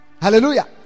Hallelujah